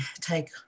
take